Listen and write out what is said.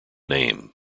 name